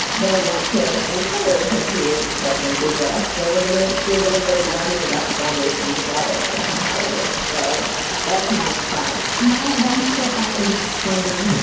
but i want to encourage her creative expression through dress. so we're going to do a little bit of learning about the foundations of all this stuff and how it works. so that's my triumph my home-school heart is. exploding